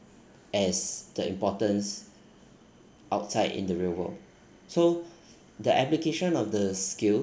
as the importance outside in the real world so the application of the skill